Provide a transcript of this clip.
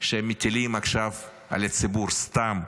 שמטילים עכשיו על הציבור סתם.